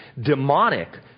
demonic